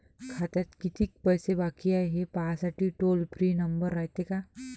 खात्यात कितीक पैसे बाकी हाय, हे पाहासाठी टोल फ्री नंबर रायते का?